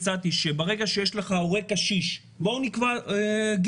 שברגע שיש לך הורה קשיש בואו נקבע גיל,